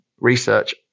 research